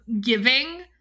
giving